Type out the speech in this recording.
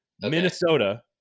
Minnesota